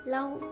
Love